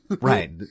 right